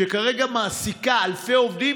שכרגע מעסיקה אלפי עובדים,